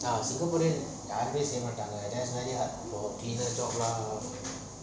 singapore eh யாருமே செய்ய மாட்டாங்க நெறய இப்போ:yaarume seiya maatanga neraya ipo cleaner job lah